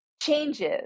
changes